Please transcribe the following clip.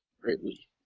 greatly